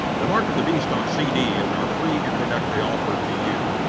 the mark of the beast on cd is our free introductory offer to you.